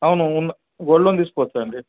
అవును ఉన్న gold loan తీసుకోవచ్చండి